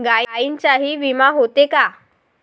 गायींचाही विमा होते का?